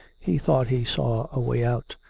he thought he saw a way out.